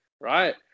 right